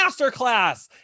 masterclass